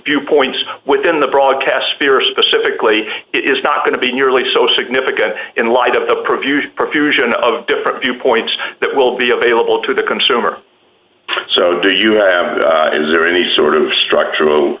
viewpoints within the broadcast fear specifically is not going to be nearly so significant in light of the preview profusion of different viewpoints that will be available to the consumer so do you have any sort of structural